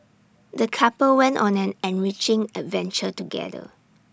the couple went on an enriching adventure together